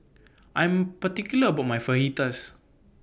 I Am particular about My Fajitas